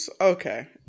okay